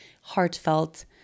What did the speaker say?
heartfelt